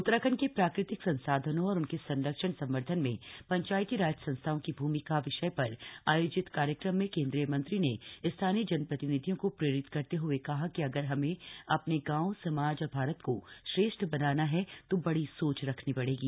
उत्तराखण्ड के प्राकृतिक संसाधनों और उनके संरक्षण संवर्धन में पंचायती राज संस्थाओं की भूमिका विषय पर आयोजित कार्यक्रम में केंद्रीय मंत्री ने स्थानीय जनप्रतिनिधियों को प्रेरित करते हए कहा कि अगर हमें अपने गांव समाज और भारत को श्रेष्ठ बनाना है तो बड़ी सोच रखनी पड़ेगी